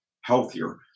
healthier